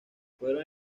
fueron